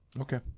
Okay